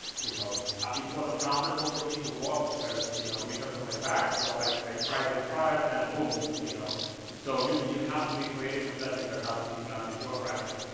you know it wasn't comfortable for me to walk because you know because of my back. so i tried this product and boom. you know so you you have to be creative with that because obviously you cannot be too aggressive.